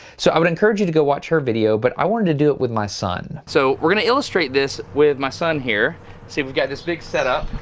so i would encourage you to go watch her video but i wanted to do it with my son, so we're going to illustrate this with my son here see we've got this big setup.